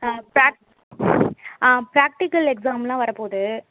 ஆ ப்ராக் ஆ ப்ராக்டிக்கல் எக்ஸாம்லாம் வரப்போகுது